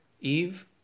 Eve